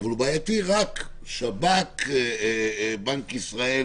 אבל הוא בעייתי רק לשב"כ, צמרת בנק ישראל